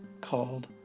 called